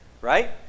right